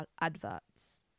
adverts